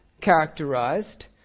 characterized